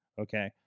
Okay